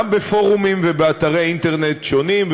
בפורומים ובאתרי אינטרנט שונים,